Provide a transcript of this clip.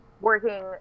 working